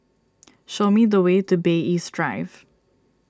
show me the way to Bay East Drive